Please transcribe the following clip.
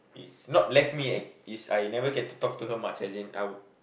is not left me eh is I never get to talk to her much as in I